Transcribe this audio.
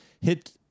hit